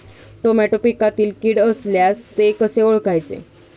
Tomato पिकातील कीड असल्यास ते कसे ओळखायचे?